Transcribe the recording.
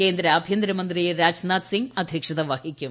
കേന്ദ്ര ആഭ്യന്തരമന്ത്രി രാജ്നാഥ് സിംഗ് അധ്യക്ഷത വഹിക്കും